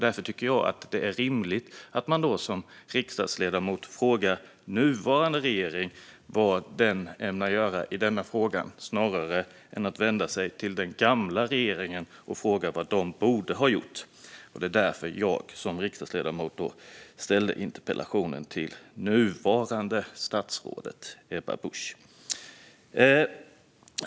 Därför tycker jag att det är rimligt att man som riksdagsledamot frågar den nuvarande regeringen vad den ämnar göra i denna fråga snarare än att vända sig till den gamla regeringen och fråga vad den borde ha gjort. Det är därför jag som riksdagsledamot ställde interpellationen till nuvarande statsrådet Ebba Busch.